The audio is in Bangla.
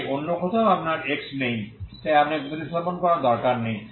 তাই অন্য কোথাও আপনার x নেই তাই আপনাকে প্রতিস্থাপন করার দরকার নেই